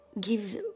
gives